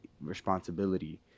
responsibility